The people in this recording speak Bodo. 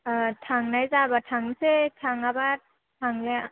थांनाय जाबा थांसै थाङाब्ला थांला